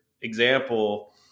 example